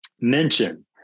mention